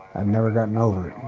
i've never gotten over